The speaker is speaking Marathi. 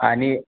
आणि